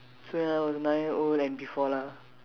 so ya when I was nine year old and before lah